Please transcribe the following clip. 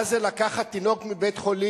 מה זה לקחת תינוק מבית-חולים,